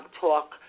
talk